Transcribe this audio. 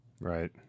Right